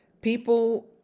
People